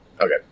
Okay